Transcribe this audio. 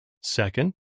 Second